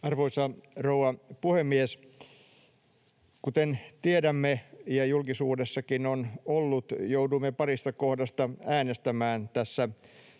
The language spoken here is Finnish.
Arvoisa rouva puhemies! Kuten tiedämme ja julkisuudessakin on ollut, jouduimme parista kohdasta äänestämään tässä